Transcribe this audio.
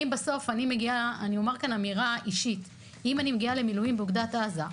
אם אני מגיעה למילואים באוגדת עזה,